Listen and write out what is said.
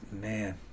Man